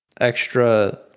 extra